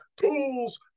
tools